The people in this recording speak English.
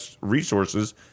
resources